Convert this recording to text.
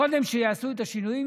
שקודם יעשו את השינויים,